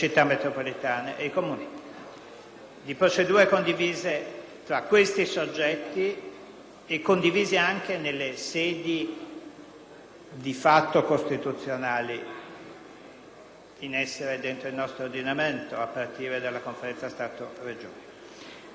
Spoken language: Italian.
di procedure condivise tra questi soggetti e anche nelle sedi di fatto costituzionali in essere dentro il nostro ordinamento, a partire dalla Conferenza Stato-Regioni.